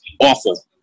awful